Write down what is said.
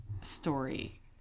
story